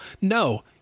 No